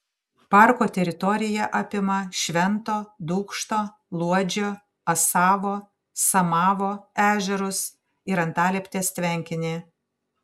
parko teritorija apima švento dūkšto luodžio asavo samavo ežerus ir antalieptės tvenkinį